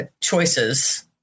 choices